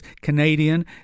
Canadian